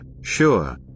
sure